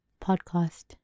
Podcast